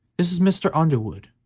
this is mr. underwood,